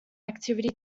activity